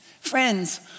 Friends